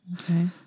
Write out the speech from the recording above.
Okay